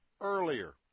earlier